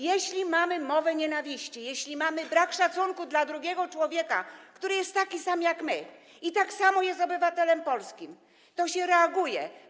Jeśli jest mowa nienawiści, jeśli jest brak szacunku dla drugiego człowieka, który jest taki sam jak my i tak samo jest obywatelem polskim, to się reaguje.